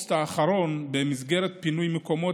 באוגוסט האחרון, במסגרת פינוי מקומות,